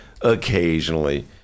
occasionally